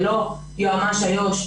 ללא יועמ"ש איו"ש,